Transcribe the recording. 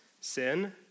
sin